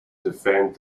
defend